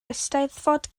eisteddfod